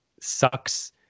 sucks